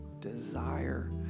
desire